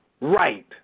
right